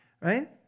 right